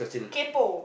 kaypo